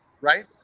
right